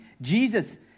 Jesus